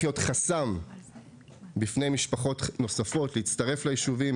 להיות חסם בפני משפחות נוספות להצטרף ליישובים,